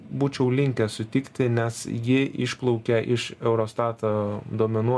būčiau linkęs sutikti nes ji išplaukia iš eurostato duomenų